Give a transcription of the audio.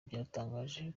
byatangaje